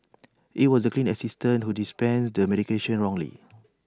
IT was the clinic assistant who dispensed the medication wrongly